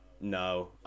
No